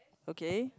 okay